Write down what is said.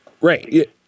Right